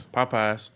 Popeyes